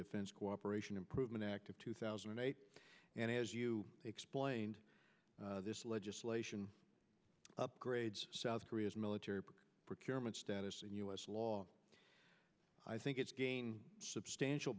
defense cooperation improvement act of two thousand and eight and as you explained this legislation upgrades south korea's military procurement status and us law i think it's gain substantial